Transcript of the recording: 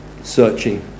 Searching